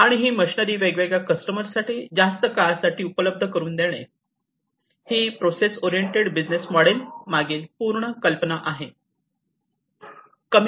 आणि ही मशनरी वेगवेगळ्या कस्टमर्स साठी जास्त काळासाठी उपलब्ध करून देणे ही प्रोसेस ओरिएंटेड बिझनेस मॉडेल मागील पूर्ण कल्पना आहे